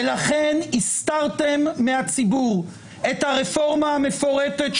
ולכן הסתרתם מהציבור את הרפורמה המפורטת,